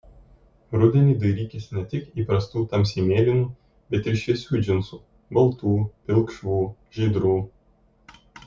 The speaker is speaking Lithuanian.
rudenį dairykis ne tik įprastų tamsiai mėlynų bet ir šviesių džinsų baltų pilkšvų žydrų